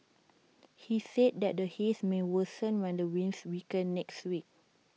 he said that the haze may worsen when the winds weaken next week